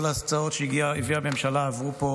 כל ההצעות שהביאה הממשלה עברו פה